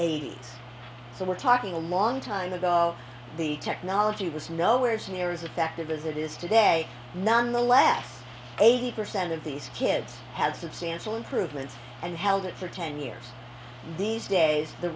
eighty's so we're talking a long time ago the technology was nowhere near as effective as it is today nonetheless eighty percent of these kids had substantial improvements and held it for ten years these days the